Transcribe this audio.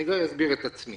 אני לא אגביל את עצמי.